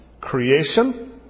creation